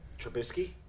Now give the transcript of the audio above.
Trubisky